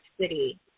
City